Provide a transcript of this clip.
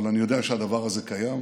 אבל אני יודע שהדבר הזה קיים,